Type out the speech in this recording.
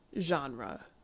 genre